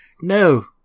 no